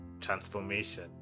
transformation